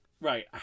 right